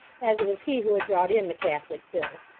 as it was he who had brought in the catholic bill.